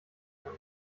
kann